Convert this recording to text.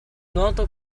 nuoto